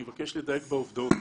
אני מבקש לדייק בעובדות.